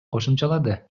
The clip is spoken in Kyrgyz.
кошумчалады